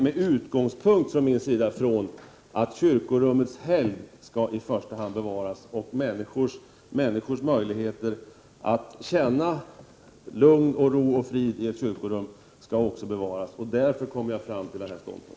Min utgångspunkt är att kyrkorummets helgd i första hand skall bevaras och att människors behov av att känna lugn, ro och frid i ett kyrkorum också skall bevaras. Det är därför som jag har kommit fram till den här ståndpunkten.